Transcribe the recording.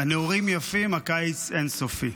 הנעורים יפים, הקיץ אין-סופי.